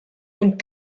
und